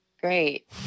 great